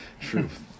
Truth